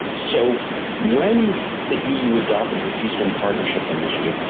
so when the eu adopted this eastern partnership initiative,